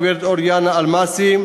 הגברת אוריאנה אלמסי,